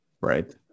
Right